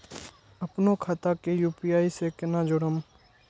अपनो खाता के यू.पी.आई से केना जोरम?